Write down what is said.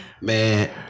Man